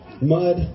Mud